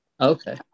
okay